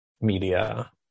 media